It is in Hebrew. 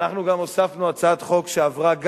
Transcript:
ואנחנו גם הוספנו הצעת חוק שגם עברה,